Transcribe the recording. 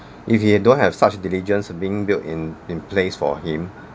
if he don't have such diligence being built-in in place for him